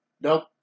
Nope